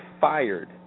fired